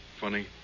Funny